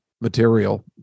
material